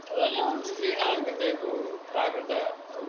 तदानीं स्त्रीणाङ्कृते तु प्राकृतम्